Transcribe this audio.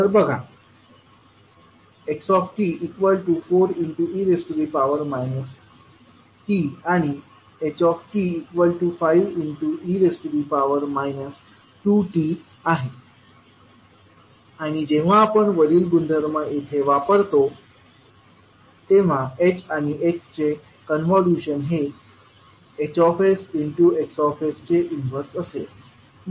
तर बघा x 4e tआणि h 5 e 2t आहे आणि जेव्हा आपण वरील गुणधर्म येथे वापरतो तेव्हा h आणि x चे कन्व्होल्यूशन हे HsXs चे इन्वर्स असेल